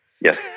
yes